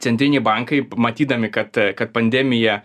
centriniai bankai matydami kad kad pandemija